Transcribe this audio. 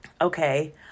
okay